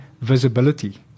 visibility